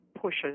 pushes